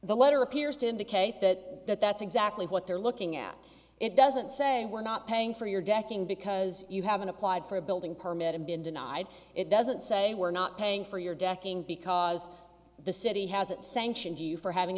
the letter appears to indicate that that that's exactly what they're looking at it doesn't say we're not paying for your decking because you haven't applied for a building permit and been denied it doesn't say we're not paying for your decking because the city hasn't sanctioned you for having